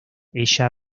ella